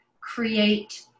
create